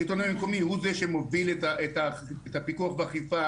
השלטון המקומי הוא זה שמוביל את הפיקוח והאכיפה